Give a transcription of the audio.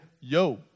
yo